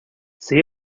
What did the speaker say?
see